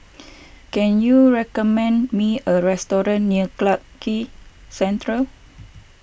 can you recommend me a restaurant near Clarke Quay Central